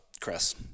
Chris